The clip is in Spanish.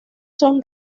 son